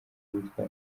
uwitwa